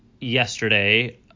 yesterday